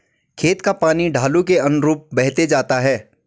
खेत का पानी ढालू के अनुरूप बहते जाता है